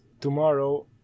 tomorrow